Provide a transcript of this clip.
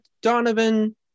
Donovan